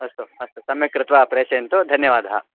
अस्तु अस्तु सम्यक् कृत्वा प्रेषयन्तु धन्यवादाः